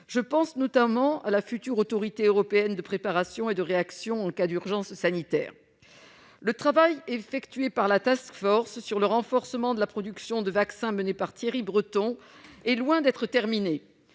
Je pense notamment à la future Autorité européenne de préparation et de réaction en cas d'urgence sanitaire. Le travail effectué par la menée par Thierry Breton sur le renforcement de la production de vaccins est loin d'être terminé.